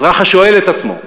אזרח השואל את עצמו,